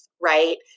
Right